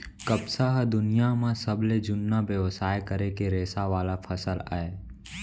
कपसा ह दुनियां म सबले जुन्ना बेवसाय करे के रेसा वाला फसल अय